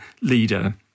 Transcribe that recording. leader